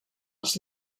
als